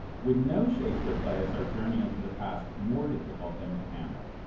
with no shakespeare play is our journey into the past more difficult than with hamlet,